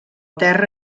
terra